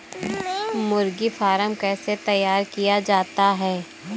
मुर्गी फार्म कैसे तैयार किया जाता है?